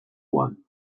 one